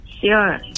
Sure